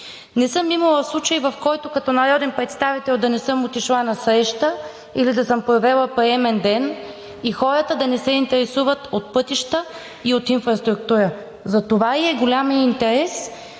Не съм имала случай, в който като народен представител да не съм отишла на среща или да съм провела приемен ден и хората да не се интересуват от пътища и от инфраструктура. Затова е и големият интерес